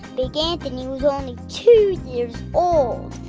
big anthony was only two years old.